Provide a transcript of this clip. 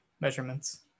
measurements